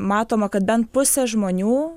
matoma kad bent pusė žmonių